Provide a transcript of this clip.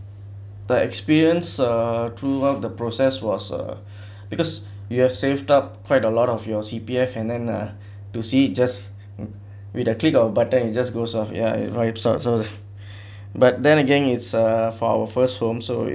the experience uh throughout the process was uh because you have saved up quite a lot of your C_P_F and then ah to see just with a click of button it just goes off ya wipes out so they but then again it's uh for our first home so